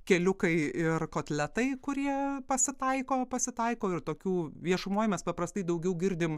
keliukai ir kotletai kurie pasitaiko pasitaiko ir tokių viešumoj mes paprastai daugiau girdim